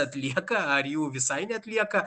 atlieka ar jų visai neatlieka